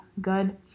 good